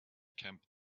camp